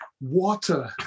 water